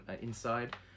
inside